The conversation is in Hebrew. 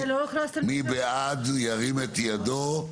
מי בעד ירים את ידו.